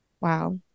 Wow